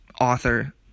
author